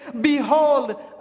behold